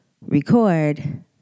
record